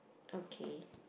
okay